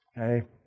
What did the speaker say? Okay